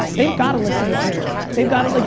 they've gotta listen to parents, they've gotta, like,